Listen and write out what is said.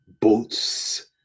Boats